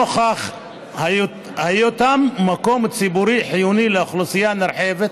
נוכח היותם מקום ציבורי חיוני לאוכלוסייה נרחבת.